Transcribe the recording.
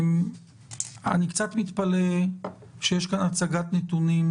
אני קצת מתפלא שיש כאן הצגת נתונים